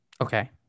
Okay